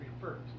first